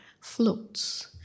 floats